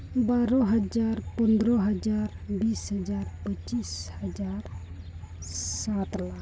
ᱵᱟᱨᱚ ᱦᱟᱡᱟᱨ ᱯᱚᱸᱫᱽᱨᱚ ᱦᱟᱡᱟᱨ ᱵᱤᱥ ᱦᱟᱡᱟᱨ ᱯᱚᱸᱪᱤᱥ ᱦᱟᱡᱟᱨ ᱥᱟᱛ ᱞᱟᱠᱷ